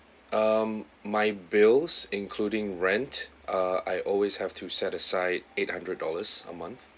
um my bills including rent ah I always have to set aside eight hundred dollars a month